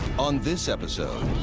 on this episode